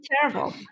Terrible